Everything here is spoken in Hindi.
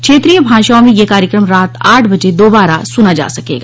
क्षेत्रीय भाषाओं में यह कार्यक्रम रात आठ बजे दोबारा सुना जा सकेगा